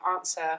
answer